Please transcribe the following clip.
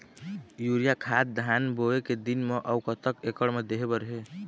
Urea खाद धान बोवे के दिन म अऊ कतक एकड़ मे दे बर हे?